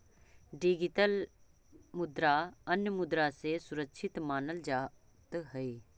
digital मुद्रा अन्य मुद्रा से सुरक्षित मानल जात हई